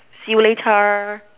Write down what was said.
see you later